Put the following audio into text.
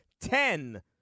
Ten